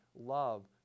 love